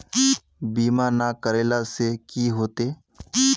बीमा ना करेला से की होते?